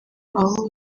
aho